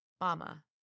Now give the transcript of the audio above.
Mama